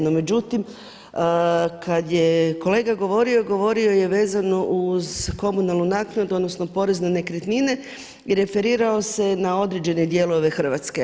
No međutim kada je kolega govorio, govorio je vezano uz komunalnu naknadu, odnosno porez na nekretnine i referirao se na određene dijelove Hrvatske.